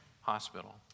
Hospital